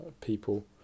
people